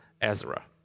Ezra